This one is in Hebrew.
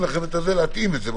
ניתן לכם להתאים את זה.